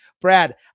Brad